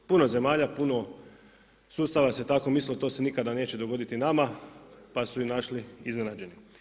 Puno zemalja, puno sustava je tako mislilo to se nikada neće dogoditi nama pa su se našli iznenađeni.